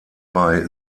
bei